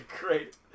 great